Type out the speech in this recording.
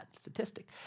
statistic